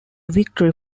victory